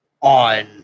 on